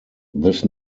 this